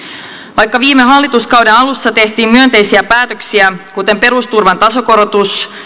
vaikka viime hallituskauden alussa tehtiin myönteisiä päätöksiä kuten perusturvan tasokorotus